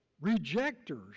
rejectors